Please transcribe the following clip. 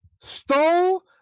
stole